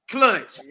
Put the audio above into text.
Clutch